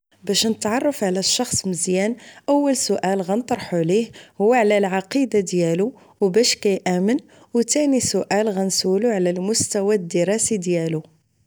باش نتعرف على الشخص مزيان اول سؤال غنطرحو عليه هو على العقيدة ديالو و باش كيأمن؟ ثاني سؤال غنسولو على المستوى الدراسي ديالو